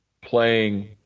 playing